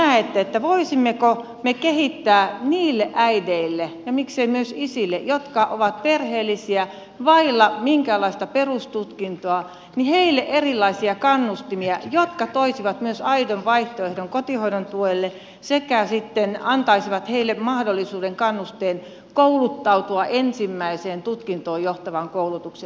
mitenkä näette voisimmeko me kehittää niille äideille ja miksei myös isille jotka ovat perheellisiä ja vailla minkäänlaista perustutkintoa erilaisia kannustimia jotka toisivat myös aidon vaihtoehdon kotihoidon tuelle sekä sitten antaisivat heille mahdollisuuden kannusteen kouluttautua ensimmäiseen tutkintoon johtavaan koulutukseen